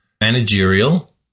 managerial